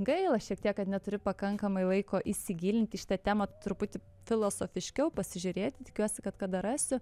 gaila šiek tiek kad neturi pakankamai laiko įsigilinti į šitą temą truputį filosofiškiau pasižiūrėti tikiuosi kad kada rasiu